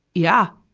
yeah!